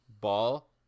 ball